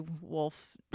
wolf